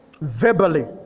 verbally